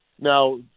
now